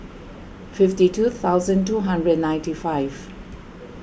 fifty two thousand two hundred and ninety five